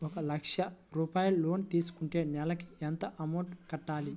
ఒక లక్ష రూపాయిలు లోన్ తీసుకుంటే నెలకి ఎంత అమౌంట్ కట్టాలి?